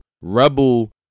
Rebel